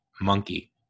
monkey